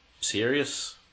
serious